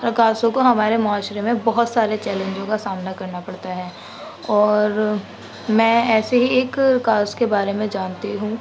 رکاصوں کو ہمارے معاشرے میں بہت سارے چیلینجوں کا سامنا کرنا پڑتا ہے اور میں ایسے ہی ایک رکاص کے بارے میں جانتی ہوں